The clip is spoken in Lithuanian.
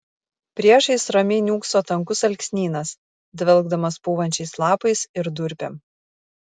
priešais ramiai niūkso tankus alksnynas dvelkdamas pūvančiais lapais ir durpėm